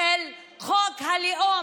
של חוק הלאום,